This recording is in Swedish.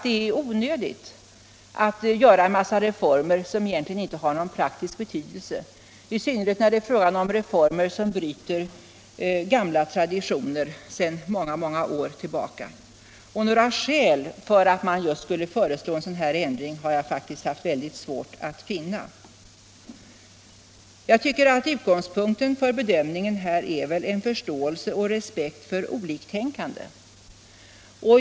Det är onödigt att genomföra en massa reformer, som inte har någon praktisk betydelse, i synnerhet när det gäller former som bryter gamla traditioner. Några skäl för att föreslå en sådan ändring har jag faktiskt haft väldigt svårt att finna. Utgångspunkten för bedömningen är väl förståelse och respekt för oliktänkande.